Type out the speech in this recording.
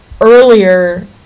earlier